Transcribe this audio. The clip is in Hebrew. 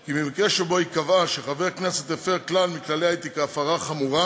כי במקרה שבו היא קבעה שחבר כנסת הפר כלל מכללי האתיקה הפרה חמורה,